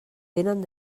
tenen